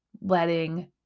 letting